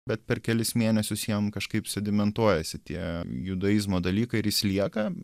bet per kelis mėnesius jam kažkaip sedimentuojasi tie judaizmo dalykai ir jis lieka